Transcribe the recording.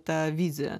tą viziją